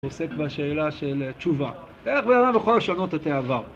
עוסק בשאלה של תשובה. איך באמת יכול לשנות את העבר?